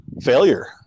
failure